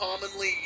commonly